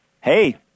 Hey